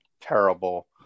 terrible